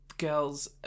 girls